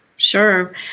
Sure